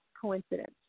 coincidence